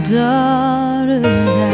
daughter's